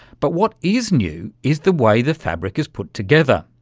but what is new is the way the fabric is put together.